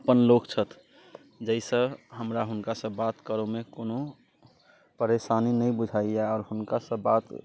अपन लोक छथि जाहिसँ हमरा हुनकासँ बात करयमे कोनो परेशानी नहि बुझाइए आओर हुनकासँ बात